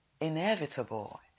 inevitable